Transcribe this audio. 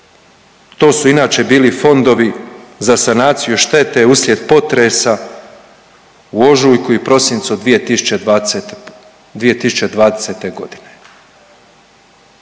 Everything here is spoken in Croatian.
To su inače bili fondovi za sanaciju štete uslijed potresa u ožujku i prosincu 2020., 2020.